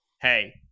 Hey